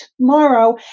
tomorrow